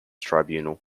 tribunal